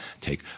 take